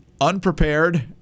unprepared